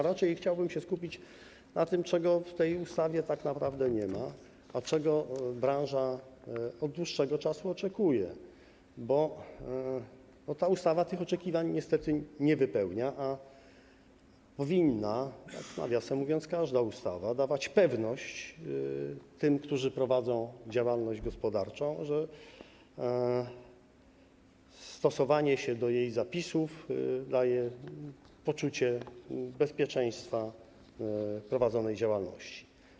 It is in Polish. Raczej chciałbym się skupić na tym, czego w tej ustawie tak naprawdę nie ma, a czego branża od dłuższego czasu oczekuje, bo ta ustawa tych oczekiwań niestety nie spełnia, a powinna, nawiasem mówiąc, jak każda ustawa dawać pewność tym, którzy prowadzą działalność gospodarczą, powinna sprawiać, że stosowanie się do jej zapisów daje poczucie bezpieczeństwa prowadzonej działalności.